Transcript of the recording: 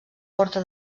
porta